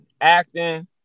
acting